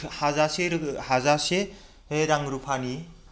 हाजासे हाजासे रां रुफानि